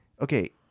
okay